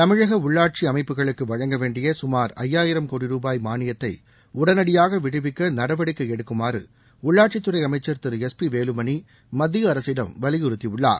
தமிழக உள்ளாட்சி அமைப்புகளுக்கு வழங்க வேண்டிய சுமார் ஜயாயிரம் கோடி ருபாய் மானியத்தை உடனடியாக விடுவிக்க நடவடிக்கை எடுக்குமாறு உள்ளாட்சித் துறை அமைச்சர் திரு எஸ் பி வேலுமணி மத்திய அரசிடம் வலியுறுத்தியுள்ளார்